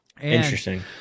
Interesting